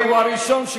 הוא הראשון שהערתי לו.